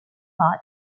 paths